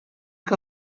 que